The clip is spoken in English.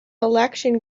election